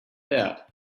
out